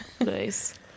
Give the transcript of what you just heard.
Nice